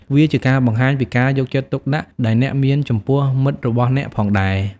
វាក៏ជាការបង្ហាញពីការយកចិត្តទុកដាក់ដែលអ្នកមានចំពោះមិត្តរបស់អ្នកផងដែរ។